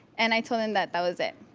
and i told him that that was it.